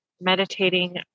meditating